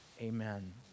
amen